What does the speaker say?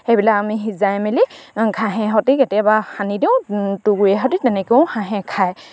সেইবিলাক আমি সিজাই মেলি ঘাঁহে সৈতে কেতিয়াবা সানি দিওঁ তুঁহগুড়িৰ সৈতে তেনেকেও হাঁহে খায়